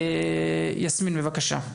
יסמין בבקשה.